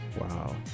Wow